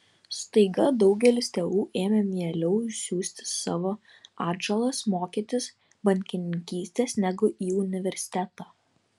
staiga daugelis tėvų ėmė mieliau siųsti savo atžalas mokytis bankininkystės negu į universitetą